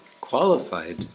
qualified